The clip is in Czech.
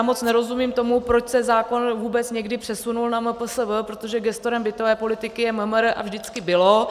Moc nerozumím tomu, proč se zákon vůbec někdy přesunul na MPSV, protože gestorem bytové politiky je MMR a vždycky bylo.